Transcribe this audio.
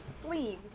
sleeves